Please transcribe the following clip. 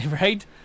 Right